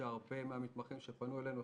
לגבי הרבה מהמתמחים שפנו אלינו,